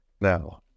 Now